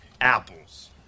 apples